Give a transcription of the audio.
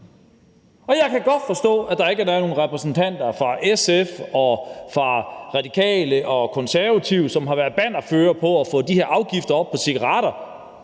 Jeg kan godt forstå, at her ikke er nogen repræsentanter for SF og for De Radikale og De Konservative, som har været bannerførere på at få de her afgifter op på cigaretter